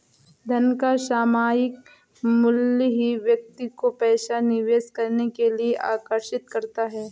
धन का सामायिक मूल्य ही व्यक्ति को पैसा निवेश करने के लिए आर्कषित करता है